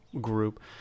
Group